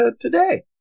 today